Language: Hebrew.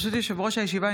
ברשות יושב-ראש הישיבה,